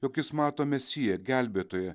jog jis mato mesiją gelbėtoją